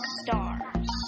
stars